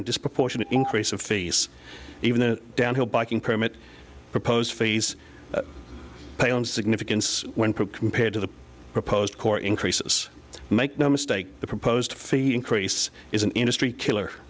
and disproportionate increase of fees even the downhill biking permit proposed fees and significance when pro compared to the proposed core increases make no mistake the proposed fee increase is an industry killer